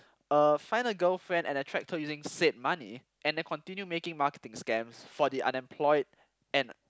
uh find a girlfriend and attract her using said money and then continue making marketing scams for the unemployed and